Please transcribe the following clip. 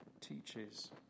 teaches